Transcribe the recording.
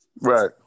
Right